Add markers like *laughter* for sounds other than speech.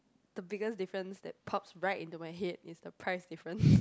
the biggest difference that pops right into my head is the price different *breath*